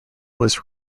was